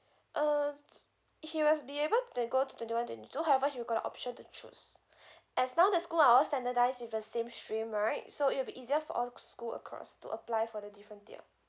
uh s~ he must be able twen~ go t~ twenty one twenty two however he'll got a option to choose as long the school are all standardised with the same stream right so it'll be easier for all school across to apply for the different tier